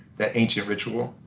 that ancient ritual,